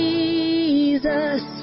Jesus